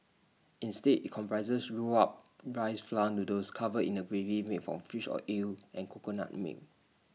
instead IT comprises rolled up rice flour noodles covered in A gravy made from fish or eel and coconut milk